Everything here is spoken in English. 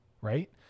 right